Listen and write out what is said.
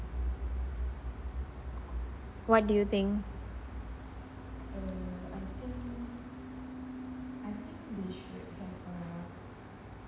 what do you think